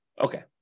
Okay